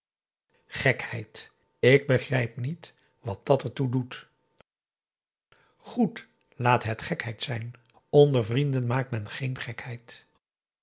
gekheid ik begrijp niet wat dat er toe doet goed laat het gekheid zijn onder vrienden maakt men geen gekheid